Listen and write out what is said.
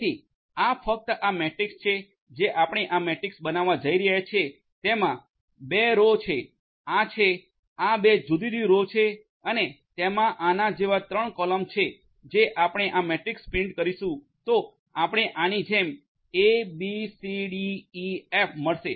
તેથી આ ફક્ત આ મેટ્રિક્સ છે જે આપણે આ મેટ્રિક્સ બનાવવા જઈ રહ્યા છીએ તેમાં 2 રો છે આ છે આ 2 જુદી જુદી રો છે અને તેમાં આના જેવા 3 કોલમ છે અને જો આપણે આ મેટ્રિક્સ પ્રિન્ટ કરીશું તો આપણે આની જેમ a b c d e f મળશે